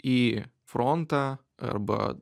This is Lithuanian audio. į frontą arba